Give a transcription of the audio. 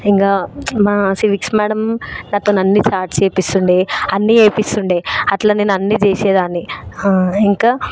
ఇంకా మా civics madam నాతోని అన్ని చార్ట్స్ వెయ్యిపిస్తుండే అన్ని వెయ్యిపిస్తుండే అట్లా నేను అన్ని చేసేదాన్ని ఇంకా